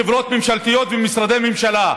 בחברות ממשלתיות ומשרדי ממשלה,